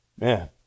Man